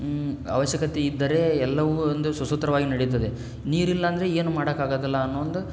ಅವಶ್ಯಕತೆ ಇದ್ದರೆ ಎಲ್ಲವೂ ಒಂದು ಸುಸೂತ್ರವಾಗಿ ನಡೆಯುತ್ತದೆ ನೀರಿಲ್ಲಾಂದರೆ ಏನೂ ಮಾಡಕ್ಕಾಗೋದಲ್ಲ ಅನ್ನೋ ಒಂದು